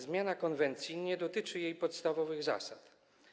Zmiana konwencji nie dotyczy jej podstawowych zasad.